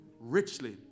richly